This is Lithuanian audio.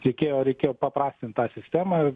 reikėjo reikėjo paprastint tą sistemą